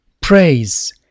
Praise